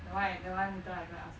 that one that one later I go and ask